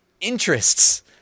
interests